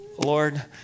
Lord